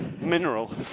mineral